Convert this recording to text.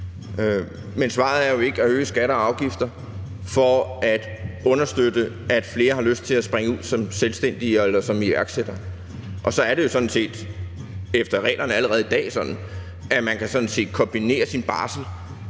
men svaret er jo ikke at øge skatter og afgifter for at understøtte, at flere har lyst til at springe ud som selvstændige eller som iværksættere. Og så er det jo efter reglerne allerede i dag sådan, at man sådan set kan kombinere sin barsel